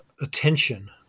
attention